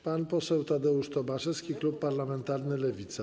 Pan poseł Tadeusz Tomaszewski, klub parlamentarny Lewica.